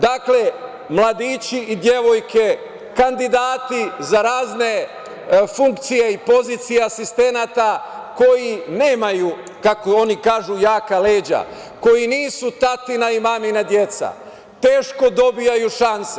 Dakle, mladići i devojke kandidati za razne funkcije i pozicije asistenata koji nemaju, kako oni kažu jaka leđa, koji nisu tatina i mamina deca, teško dobijaju šanse.